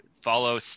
Follow